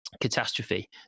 catastrophe